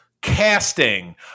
casting